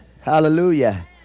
Hallelujah